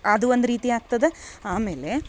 ಅದು ಒಂದು ರೀತಿ ಆಗ್ತದ ಆಮೇಲೆ